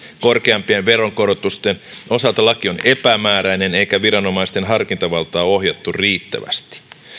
korkeampien veronkorotusten osalta laki on epämääräinen eikä viranomaisten harkintavaltaa ohjattu riittävästi